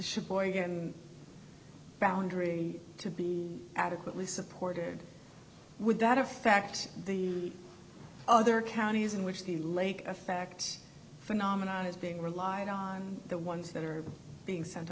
him boundry to be adequately supported or would that affect the other counties in which the lake effect phenomenon is being relied on the ones that are being sent